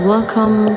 Welcome